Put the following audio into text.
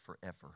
forever